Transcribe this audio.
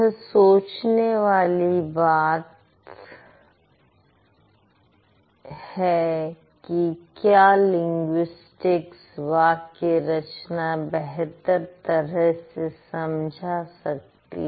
यहां सोचने वाली बात यह है कि क्या लिंग्विस्टिक्स वाक्य रचना बेहतर तरह से समझा सकती है